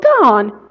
gone